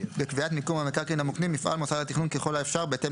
בקביעת מיקום המקרקעין המוקנים יפעל מוסד התכנון ככל האפשר בהתאם